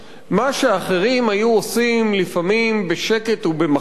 מה שאחרים היו עושים לפעמים בשקט ובמחבוא,